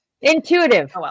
intuitive